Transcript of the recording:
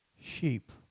sheep